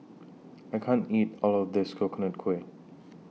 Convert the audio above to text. I can't eat All of This Coconut Kuih